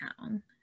town